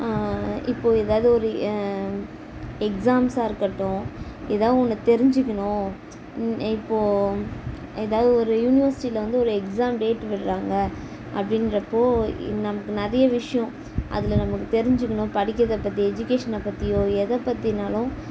இப்போது ஏதாவது ஒரு எக்ஸாம்ஸாக இருக்கட்டும் எதா ஒன்று தெரிஞ்சுக்கிணும் ஏ இப்போது ஏதாவது ஒரு யூனிவர்ஸ்ட்டியில் வந்து ஒரு எக்ஸாம் டேட் விடுறாங்க அப்படின்றப்போ இன் நமக்கு நிறைய விஷியம் அதில் நமக்கு தெரிஞ்சுக்கணும் படிக்கிறதை பற்றி எஜிகேஷனை பற்றியோ எதை பற்றினாலும்